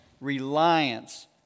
reliance